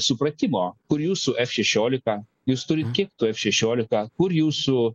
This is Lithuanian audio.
supratimo kur jūsų f šešiolika jūs turit kiek tų ef šešiolika kur jūsų